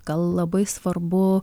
gal labai svarbu